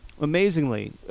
amazingly